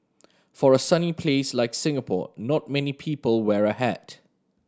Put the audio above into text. for a sunny place like Singapore not many people wear a hat